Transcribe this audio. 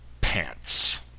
pants